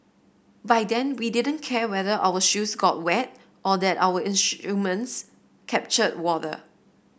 by then we didn't care whether our shoes got wet or that our instruments captured water